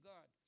God –